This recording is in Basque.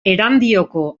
erandioko